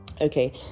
Okay